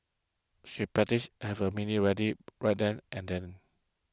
she have a mini rally right then and then